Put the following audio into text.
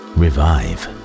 revive